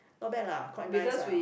not bad lah quite nice ah